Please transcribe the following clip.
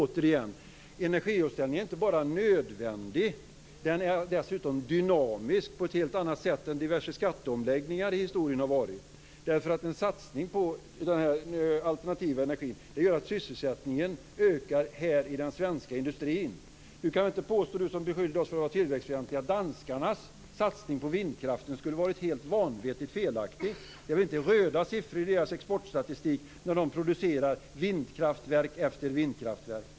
Återigen: Energiomställningen är inte bara nödvändig, den är dessutom dynamisk på ett helt annat sätt än vad diverse skatteomläggningar i historien har varit. En satsning på alternativ energi gör att sysselsättningen ökar i den svenska industrin. Ola Karlsson beskyllde oss för att vara tillväxtfientliga. Men han kan inte påstå att danskarnas satsning på vindkraftverk skulle ha varit helt vanvettigt felaktig. Danskarna har väl inte röda siffror i sin exportstatistik, när de producerar vindkraftverk efter vindkraftverk.